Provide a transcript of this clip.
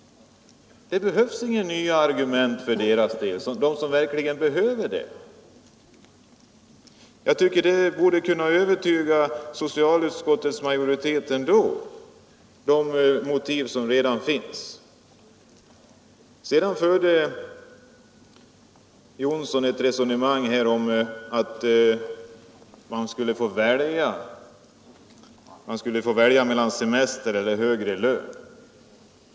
Det behövs inga nya argument för den som 181 verkligen behöver denna reform. Jag tycker att de motiv som redan finns borde kunna övertyga socialutskottets majoritet. Herr Johnsson i Blentarp förde vidare ett resonemang innebärande att man skulle få välja mellan semester eller högre lön.